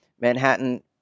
Manhattan